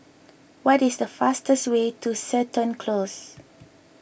what is the fastest way to Seton Close